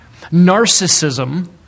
narcissism